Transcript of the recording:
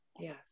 Yes